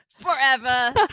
forever